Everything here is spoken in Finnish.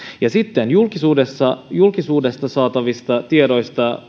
ja sitten julkisuudesta saatavista tiedoista